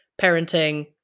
parenting